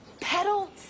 pedal